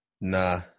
Nah